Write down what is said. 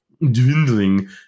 dwindling